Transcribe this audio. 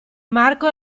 marco